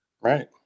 right